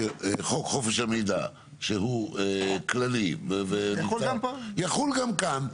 שחוק חופש המידע שהוא כללי יחול גם כאן.